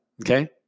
Okay